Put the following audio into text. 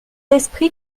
esprit